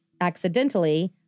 accidentally